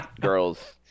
girls